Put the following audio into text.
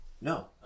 No